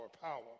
power